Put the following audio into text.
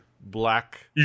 black